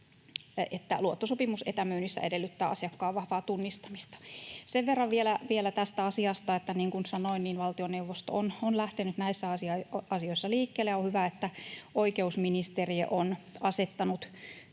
että luottosopimus etämyynnissä edellyttää asiakkaan vahvaa tunnistamista. Sen verran vielä tästä asiasta, että niin kuin sanoin, valtioneuvosto on lähtenyt näissä asioissa liikkeelle, ja on hyvä, että oikeusministeriö on asettanut